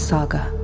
Saga